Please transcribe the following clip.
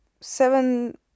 seven